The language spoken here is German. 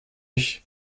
ich